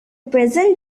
present